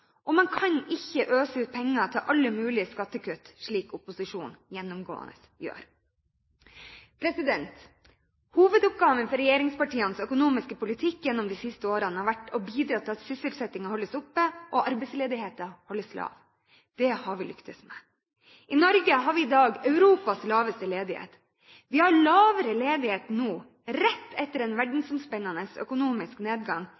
Man kan ikke øse ut penger til alle mulige skattekutt, slik opposisjonen gjennomgående gjør. Hovedoppgaven for regjeringspartienes økonomiske politikk gjennom de siste årene har vært å bidra til at sysselsettingen holdes oppe og arbeidsledigheten holdes lav. Det har vi lyktes med. I Norge har vi i dag Europas laveste ledighet. Vi har lavere ledighet nå rett etter en verdensomspennende økonomisk nedgang